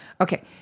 Okay